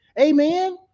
Amen